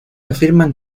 afirman